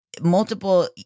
multiple